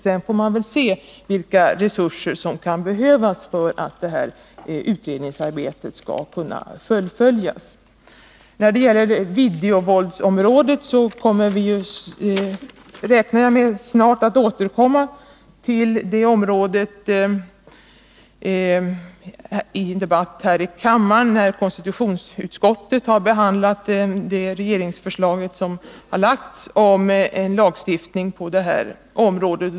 Sedan får man väl se vilka resurser som kan behövas för att utredningsarbetet skall kunna fullföljas. När det gäller videovåldet utgår jag från att vi snart kan återkomma till det i en debatt här i kammaren när konstitutionsutskottet har behandlat det regeringsförslag som har lagts fram i lagstiftningsfrågan.